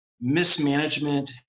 mismanagement